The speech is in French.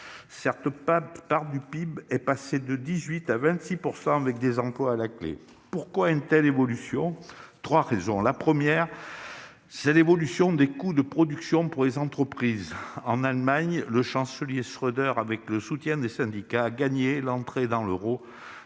cette part du PIB est passée de 18 % à 26 %, avec des emplois à la clé. Pourquoi une telle évolution ? J'y vois trois raisons principales. Première raison : l'évolution des coûts de production pour les entreprises. En Allemagne, le chancelier Schröder, avec le soutien des syndicats, a gagné l'entrée dans l'euro